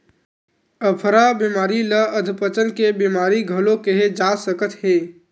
अफरा बेमारी ल अधपचन के बेमारी घलो केहे जा सकत हे